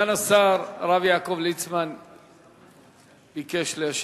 סגן השר, הרב יעקב ליצמן, ביקש להשיב.